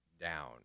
down